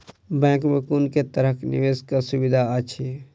Bank मे कुन केँ तरहक निवेश कऽ सुविधा अछि?